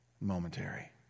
momentary